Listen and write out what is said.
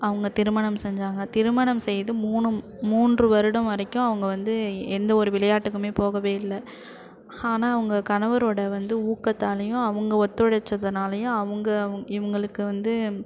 அவங்க திருமணம் செஞ்சாங்க திருமணம் செய்து மூணு மூன்று வருடம் வரைக்கும் அவங்க வந்து எந்த ஒரு விளையாட்டுக்கும் போகவே இல்லை ஆனால் அவங்க கணவரோடய வந்து ஊக்கத்தாலையும் அவங்க ஒத்துழைச்சதுனாலேயும் அவங்க இவங்களுக்கு வந்து